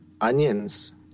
onions